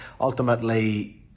Ultimately